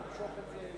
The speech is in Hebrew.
אתה תמשוך את זה אם,